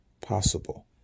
possible